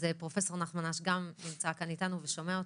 אז פרופ' נחמן אש גם נמצא כאן איתנו ושומע אותך,